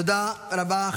תודה רבה.